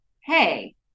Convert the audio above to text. hey